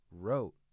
wrote